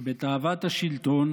שבתאוות השלטון